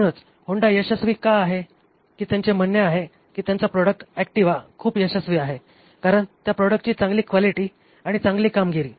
म्हणूनच होंडा यशस्वी का आहे की त्यांचे म्हणणे आहे की त्यांचा प्रॉडक्ट ऍक्टिवा खूप यशस्वी आहे कारण त्या प्रॉडक्टची चांगली क्वालिटी आणि चांगली कामगिरी